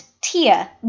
Tia